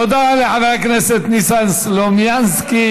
תודה לחבר הכנסת ניסן סלומינסיקי,